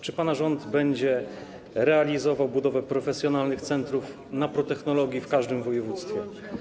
Czy pana rząd będzie realizował budowę profesjonalnych centrów naprotechnologii w każdym województwie?